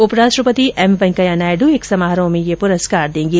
उपराष्ट्रपति एम वेंकैया नायडू एक समारोह में ये पुरस्कार देंगे